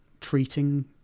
treating